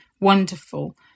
wonderful